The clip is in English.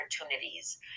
opportunities